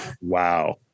wow